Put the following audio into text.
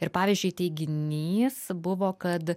ir pavyzdžiui teiginys buvo kad